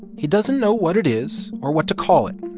he doesn't know what it is or what to call it.